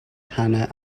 hanna